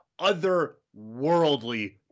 otherworldly